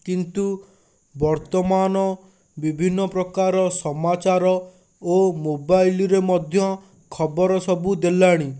କିନ୍ତୁ ବର୍ତ୍ତମାନ ବିଭିନ୍ନ ପ୍ରକାର ସମାଚାର ଓ ମୋବାଇଲରେ ମଧ୍ୟ ଖବର ସବୁ ଦେଲାଣି